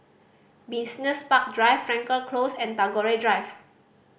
Business Park Drive Frankel Close and Tagore Drive